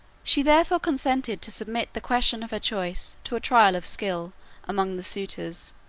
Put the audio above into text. she therefore consented to submit the question of her choice to a trial of skill among the suitors.